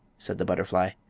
said the butterfly.